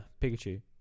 Pikachu